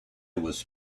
was